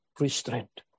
restraint